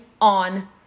on